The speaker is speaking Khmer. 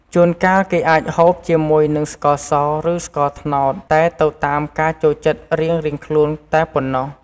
ជូនកាលគេអាចហូបជាមួយនឹងស្ករសឬស្ករត្នោតតែទៅតាមការចូលចិត្តរៀងៗខ្លួនតែប៉ុណ្ណោះ។